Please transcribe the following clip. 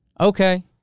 Okay